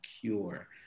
cure